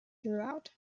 throughout